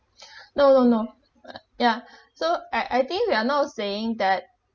no no ugh ya so I I think we are not saying that